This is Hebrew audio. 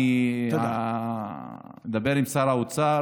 אני אדבר עם שר האוצר